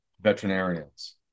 veterinarians